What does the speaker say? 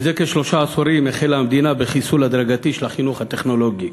לפני כשלושה עשורים החלה המדינה בחיסול הדרגתי של החינוך הטכנולוגי.